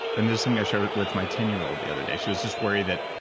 and this is something i shared with my ten year old the other day. she was just worried that.